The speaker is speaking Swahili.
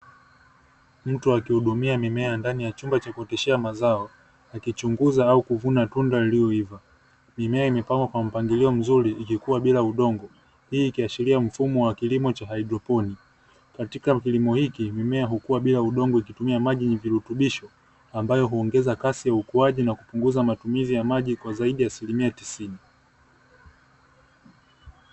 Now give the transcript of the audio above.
Mtu akihudumia mimea ndani ya chumba cha kuoteshea mazao akichunguza au kuvuna tunda lililoiva. Mimea imepandwa kwa mpangilio mzuri ikikua bila udongo hii ikiashiria mfumo wa kilimo cha haidroponiki. Katika kilimo hiki mimea hukua bila udongo ikitumia maji yenye virutubisho ambayo huongeza kasi ya ukuaji na kupunguza matumizi ya maji kwa zaidi ya asilimia tisini.